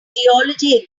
geology